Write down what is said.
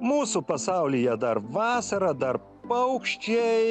mūsų pasaulyje dar vasara dar paukščiai